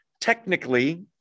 Technically